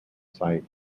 sight